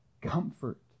comfort